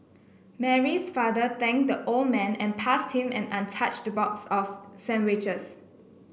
Mary's father thanked the old man and passed him an untouched box of sandwiches